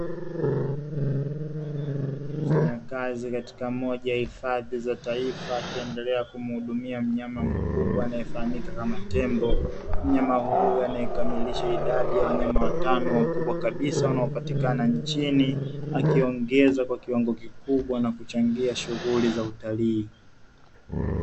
Mfanyakazi katika hifadhi moja ya taifa akiendelea kumuhudumia mnyama mkubwa anayefahamika kama tembo, mnyama huyo anyekamilisha idadi ya wanyama watano wakubwa kabisa wanaopatikana nchini akiongezwa kwa kiwango kikubwa na kuchangia shughuli za utalii.